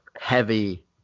heavy